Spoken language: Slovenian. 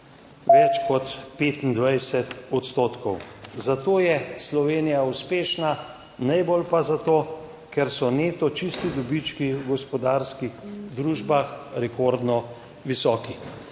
več kot 25 odstotkov. Zato je Slovenija uspešna, najbolj pa zato, ker so neto čisti dobički v gospodarskih družbah rekordno visoki.